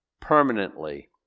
permanently